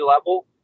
level